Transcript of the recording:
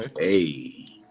Hey